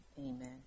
amen